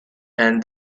and